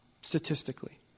statistically